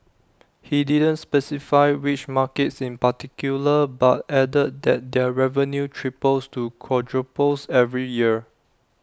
he didn't specify which markets in particular but added that their revenue triples to quadruples every year